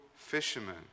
fishermen